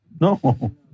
No